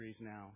now